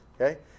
Okay